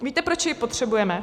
Víte, proč jej potřebujeme?